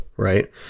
right